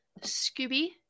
Scooby